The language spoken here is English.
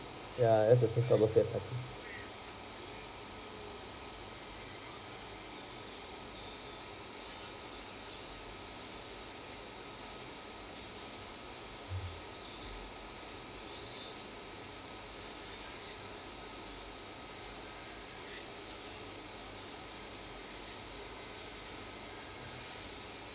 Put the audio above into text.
ya just a simple birthday party